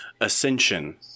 ascension